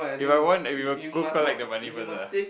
if I want we will go collect the money first ah